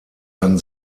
kann